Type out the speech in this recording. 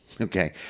Okay